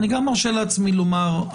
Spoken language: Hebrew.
אני גם מרשה לעצמי לומר,